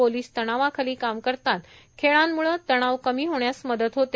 police तणावाखाली काम करतात खेळानंमुळे तणाव कमी होण्यास मदत होते